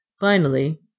Finally